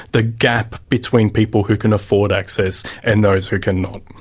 the gap between people who can afford access and those who cannot.